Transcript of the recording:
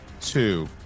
Two